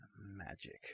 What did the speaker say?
magic